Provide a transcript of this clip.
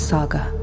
Saga